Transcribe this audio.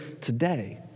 today